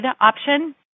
option